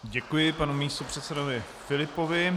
Děkuji panu místopředsedovi Filipovi.